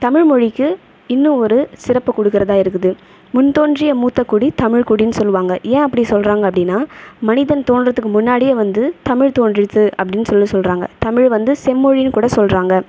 தமிழ் மொழிக்கு இன்னும் ஒரு சிறப்பு கொடுக்கிறதா இருக்குது முன் தோன்றிய மூத்த குடி தமிழ் குடின்னு சொல்லுவாங்க ஏன் அப்படி சொல்கிறாங்க அப்படினால் மனிதன் தோன்றுறதுக்கு முன்னாடியே வந்து தமிழ் தோன்றியது அப்படினு சொல்லி சொல்கிறாங்க தமிழ் வந்து செம்மொழின்னு கூட சொல்கிறாங்க